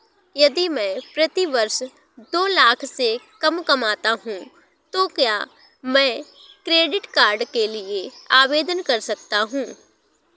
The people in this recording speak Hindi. यदि मैं प्रति वर्ष दो लाख से कम कमाता हूँ तो क्या मैं क्रेडिट कार्ड के लिए आवेदन कर सकता हूँ?